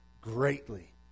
greatly